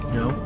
no